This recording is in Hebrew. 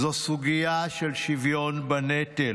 זו סוגיה של שוויון בנטל.